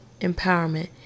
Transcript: empowerment